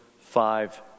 five